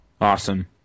Awesome